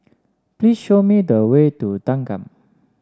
please show me the way to Thanggam